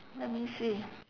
let me see